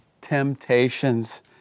temptations